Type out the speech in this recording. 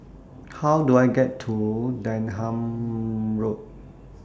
How Do I get to Denham Road